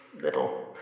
little